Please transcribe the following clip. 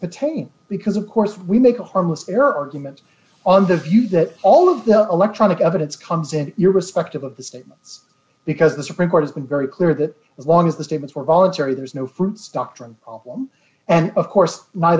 petain because of course we make a harmless error argument on the view that all of the electronic evidence comes in your respective of the statements because the supreme court has been very clear that as long as the statements were voluntary there's no fruits doctrine problem and of course